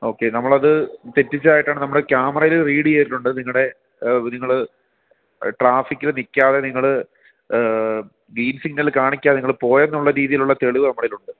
okay നമ്മളത് തെറ്റിച്ചതായിട്ടാണ് നമ്മൾ ക്യാമറയിൽ റീഡ് ചെയ്തിട്ടുണ്ട് നിങ്ങളുടെ നിങ്ങൾ ട്രാഫിക്കിൽ നിൽക്കാതെ നിങ്ങൾ ഗ്രീൻ സിഗ്നൽ കാണിക്കാതെ നിങ്ങൾ പോയി എന്നുള്ള രീതിയിലുള്ള തെളിവ് നമ്മുടെ കയ്യിലുണ്ട്